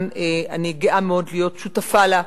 אני גאה מאוד להיות שותפה לה,